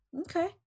Okay